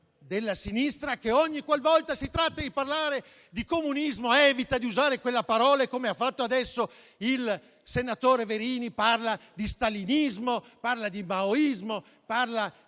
della sinistra che, ogni qualvolta si tratta di parlare di comunismo, evita di usare quella parola e - come ha fatto adesso il senatore Verini - parla di stalinismo, maoismo e